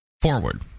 forward